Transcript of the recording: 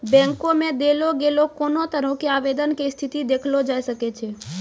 बैंको मे देलो गेलो कोनो तरहो के आवेदन के स्थिति देखलो जाय सकै छै